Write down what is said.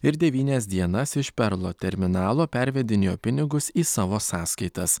ir devynias dienas iš perlo terminalo pervedinėjo pinigus į savo sąskaitas